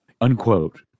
Unquote